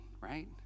right